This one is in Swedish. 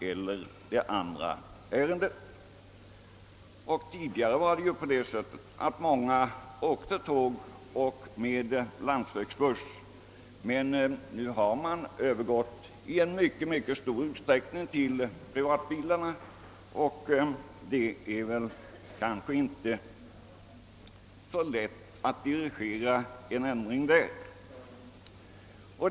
Från att ha åkt tåg och landsvägsbuss har vi nu i mycket stor utsträckning gått över till att färdas med privatbil, och det är nog inte lätt att dirigera en ändring därvidlag.